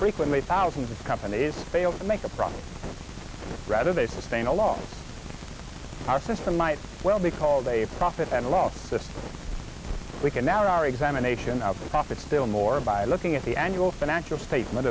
frequently thousands of companies fail to make a profit or rather they sustain a lot of our system might well be called a profit and loss system we can narrow our examination of the profits still more by looking at the annual financial statement